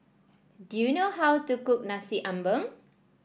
do you know how to cook Nasi Ambeng